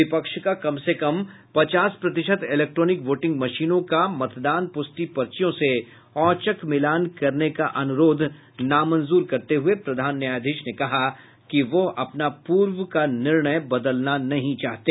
विपक्ष का कम से कम पचास प्रतिशत इलैक्ट्रॉनिक वोटिंग मशीनों का मतदान प्रष्टि पर्चियों से औचक मिलान करने का अनुरोध नामंजूर करते हुए प्रधान न्यायाधीश ने कहा कि वह अपना पूर्व का निर्णय बदलना नहीं चाहते